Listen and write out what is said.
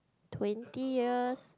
twenty years